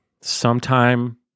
sometime